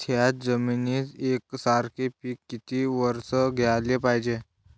थ्याच जमिनीत यकसारखे पिकं किती वरसं घ्याले पायजे?